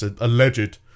alleged